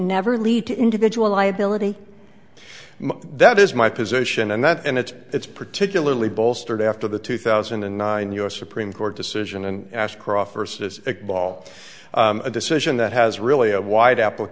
never lead to individual liability that is my position and that and it's it's particularly bolstered after the two thousand and nine u s supreme court decision and ashcroft first as it ball a decision that has really a wide appl